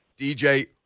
DJ